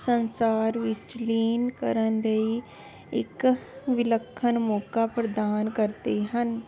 ਸੰਸਾਰ ਵਿੱਚ ਲੀਨ ਕਰਨ ਲਈ ਇੱਕ ਵਿਲੱਖਣ ਮੌਕਾ ਪ੍ਰਦਾਨ ਕਰਦੇ ਹਨ